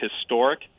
historic